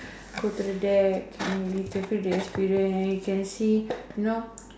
go to the deck and you can feel the experience and you can see you know